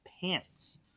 pants